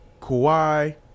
Kawhi